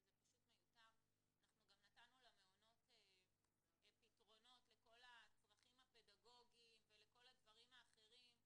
גם נתנו למעונות פתרונות לכל הצרכים הפדגוגיים ולכל הדברים האחרים.